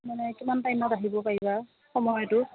মানে কিমান টাইমত আহিব পাৰিবা সময়টো